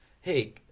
hey